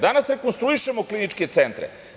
Danas rekonstruišemo kliničke centre.